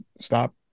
stop